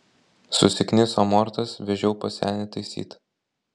susikniso amortas vežiau pas senį taisyt